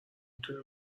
تونه